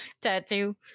tattoo